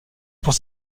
pour